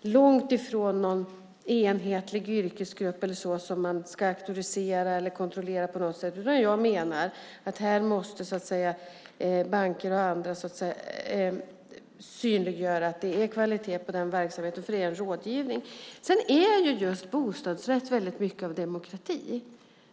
långt ifrån är någon enhetlig yrkesgrupp som man ska auktorisera eller kontrollera. Jag menar i stället att banker och andra här måste synliggöra att det är kvalitet på verksamheten, eftersom det är en rådgivning. Just bostadsrätt är väldigt mycket av demokrati.